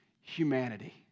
humanity